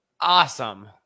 awesome